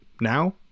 Now